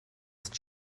ist